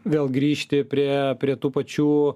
vėl grįžti prie prie tų pačių